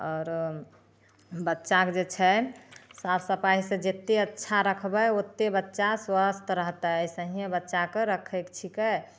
आउरो बच्चाक जे छै साफ सफाइसँ जते अच्छा रखबय ओतय बच्चा स्वस्थ रहतइ अइसहियें बच्चाके रखयके छिकै